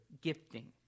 gifting